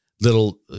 Little